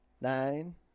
nine